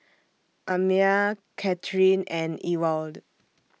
Amya Kathyrn and Ewald